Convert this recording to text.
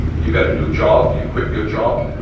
you got a new job. you quit your job.